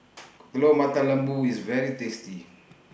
Telur Mata Lembu IS very tasty